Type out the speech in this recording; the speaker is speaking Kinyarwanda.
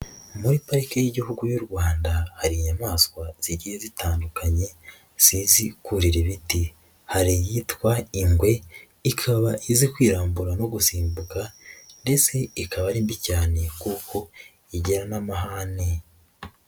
Muri pariki y'igihugu y'u Rwanda, hari inyamaswa zigiye zitandukanye zizi kurira ibiti. Hari iyitwa ingwe, ikaba izi kwirambura no gusimbuka ndetse ikaba ari mbi cyane kuko igira n'amahane.